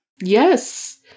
Yes